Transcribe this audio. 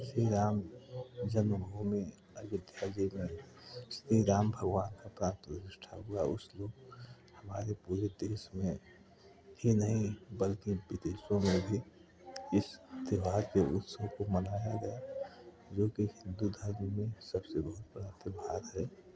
श्री राम जन्मभूमि अयोध्या जी में श्री राम भगवान का प्राण प्रतिष्ठा हुआ उस रोज हमारे पूरे देश में ही नहीं बल्कि विदेशों में भी इस त्योहार के उत्सव को मनाया गया जो कि हिन्दू धर्म में सबसे ऊपर त्योहार है